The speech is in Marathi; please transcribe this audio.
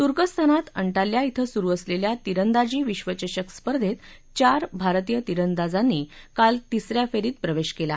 तुर्कस्तान अंटाल्या धिं सुरु असलेल्या तिरंदाजी विधचषक स्पर्धेत चार भारतीय तिरंदाजांनी काल तिसऱ्या फेरीत प्रवेश केला